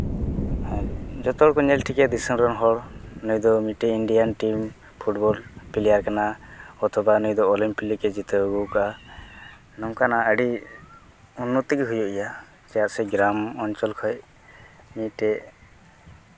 ᱡᱚᱛᱚ ᱦᱚᱲᱠᱚ ᱧᱮᱞ ᱴᱷᱤᱠᱮᱭᱟ ᱫᱤᱥᱚᱢ ᱨᱮᱱ ᱦᱚᱲ ᱱᱩᱭᱫᱚ ᱢᱤᱫᱴᱤᱱ ᱤᱱᱰᱤᱭᱟᱱ ᱴᱤᱢ ᱯᱷᱩᱴᱵᱚᱞ ᱯᱞᱮᱭᱟᱨ ᱠᱟᱱᱟᱭ ᱦᱳᱭᱛᱳ ᱵᱟ ᱱᱩᱭᱫᱚ ᱚᱞᱤᱢᱯᱤᱠᱮ ᱡᱤᱛᱟᱹᱣ ᱟᱹᱜᱩᱣ ᱠᱟᱜᱼᱟ ᱱᱚᱝᱠᱟᱱᱟᱜ ᱟᱹᱰᱤ ᱩᱱᱱᱚᱛᱤ ᱜᱮ ᱦᱩᱭᱩᱜᱼᱟ ᱪᱮᱫᱟᱜ ᱥᱮ ᱜᱨᱟᱢ ᱚᱧᱪᱚᱞ ᱠᱷᱚᱡ ᱢᱤᱫᱴᱮᱡ